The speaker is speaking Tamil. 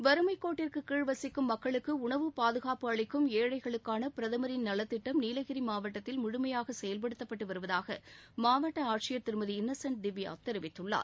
வறுமைக்கோட்டிற்குக் கீழ் வசிக்கும் மக்களுக்கு உணவு பாதுகாப்பு அளிக்கும் ஏழைகளுக்கான பிரதமரின் நலத்திட்டம் நீலகிரி மாவட்டத்தில் முழுமையாக செயல்படுத்தப்பட்டு வருவதாக மாவட்ட ஆட்சியர் திருமதி இன்னசென்ட் திவ்யா தெரிவித்துள்ளார்